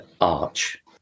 arch